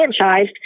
franchised